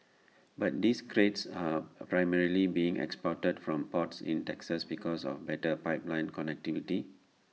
but these grades are primarily being exported from ports in Texas because of better pipeline connectivity